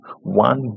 one